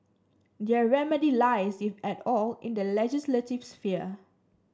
their remedy lies if at all in the legislative sphere